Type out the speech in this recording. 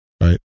right